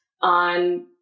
on